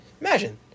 imagine